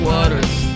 Waters